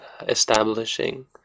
establishing